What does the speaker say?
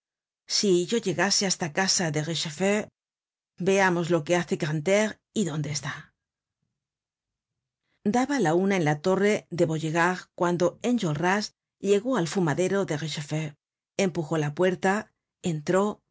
si yo llegase hasta casa de richefeu veamos lo que hace grantaire y dónde está daba la una en la torre vaugirard cuando enjolras llegó al fumadero richefeu empujó la puerta entró